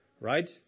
right